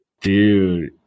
Dude